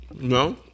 No